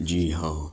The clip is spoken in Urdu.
جی ہاں